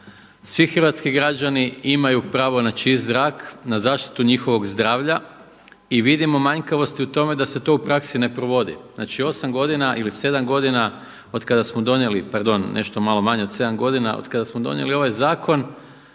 svi hrvatski građani imaju pravo na čist zrak, na zaštitu njihovog zdravlja, i vidimo manjkavosti u tome da se to u praksi ne provodi. Znači 8 godina ili 7 godina otkada smo donijeli, pardon, nešto malo manje od 7 godina otkada smo donijeli ovaj zakon